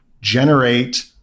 generate